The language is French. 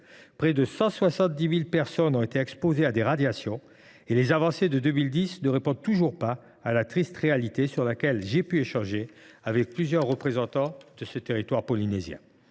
près de 170 000 personnes ont été exposées à des radiations, les avancées de 2010 ne répondent toujours pas à la triste réalité, sur laquelle j’ai discuté avec plusieurs représentants du territoire polynésien.